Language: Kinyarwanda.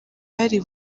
yari